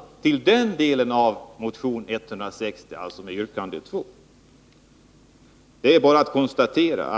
Det har vpk föreslagit i motion 160. I reservation 1 tillstyrks vårt yrkande, och därför instämmer jag i yrkandet om bifall till reservationen i denna del. I reservation 1 tillstyrks däremot inte de vpk-krav i fem punkter som jag nu har räknat upp. Jag yrkar därför bifall till motion 160. Det är bara